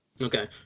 Okay